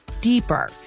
deeper